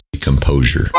composure